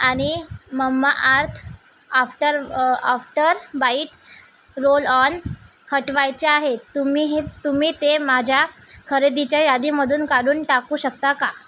आणि Mamaearth after after bite roll on हटवायचे आहेत तुम्हीही तुम्ही ते माझ्या खरेदीच्या यादीमधून काढून टाकू शकता का